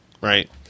Right